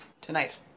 Tonight